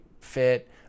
fit